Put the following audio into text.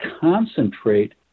concentrate